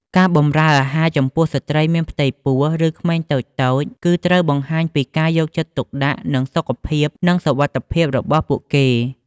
ការបម្រើអាហារចំពោះស្ត្រីមានផ្ទៃពោះ ឬក្មេងតូចៗ គឺត្រូវបង្ហាញពី ការយកចិត្តទុកដាក់នឹងសុខភាព និងសុវត្ថិភាព របស់ពួកគេ។